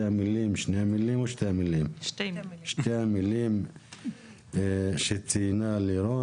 שתי המילים שציינה לירון.